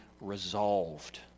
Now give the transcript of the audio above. resolved